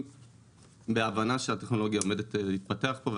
מתוך הבנה שהטכנולוגיה עומדת להתפתח פה,